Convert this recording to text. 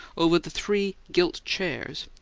over the three gilt chairs,